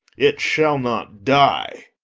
it shall not die.